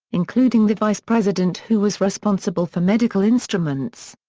including the vice-president who was responsible for medical instruments.